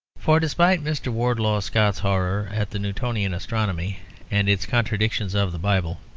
for, despite mr. wardlaw scott's horror at the newtonian astronomy and its contradiction of the bible,